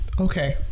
Okay